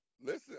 Listen